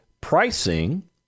pricing